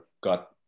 got